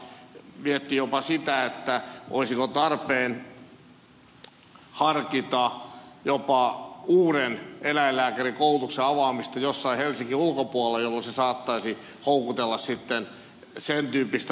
sen takiahan valiokunta mietti jopa sitä olisiko tarpeen harkita jopa uuden eläinlääkärikoulutuksen avaamista jossain helsingin ulkopuolella jolloin se saattaisi houkutella sitten sen tyyppistä hakijajoukkoa jossa pääpaino on tuotantoeläinpuolella